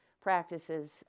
practices